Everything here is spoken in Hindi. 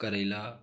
करेला